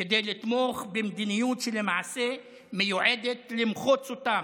כדי לתמוך במדיניות שלמעשה מיועדת למחוץ אותם,